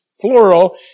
plural